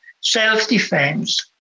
self-defense